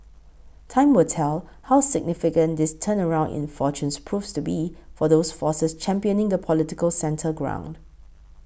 time will tell how significant this turnaround in fortunes proves to be for those forces championing the political centre ground